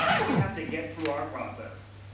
we have to get through our process.